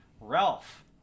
Ralph